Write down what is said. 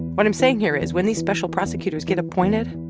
what i'm saying here is when these special prosecutors get appointed,